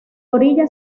orilla